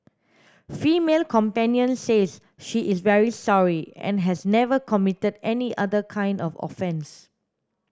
female companion says she is very sorry and has never committed any other kind of offence